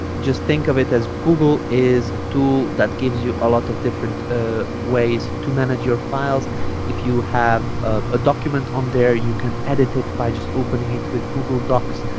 just think of it as google is a tool that gives you a lot of different ah ways to manage your files if you have a document on there you can edit it by just opening it with google docs